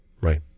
Right